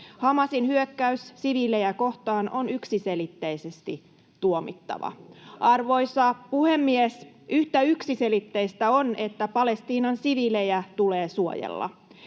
Hamasin hyökkäys siviilejä kohtaan on yksiselitteisesti tuomittava. Arvoisa puhemies! Yhtä yksiselitteistä on, että Palestiinan siviilejä tulee suojella.